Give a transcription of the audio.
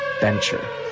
venture